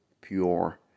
pure